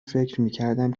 فکرمیکردم